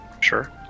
Sure